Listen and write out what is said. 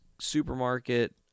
supermarket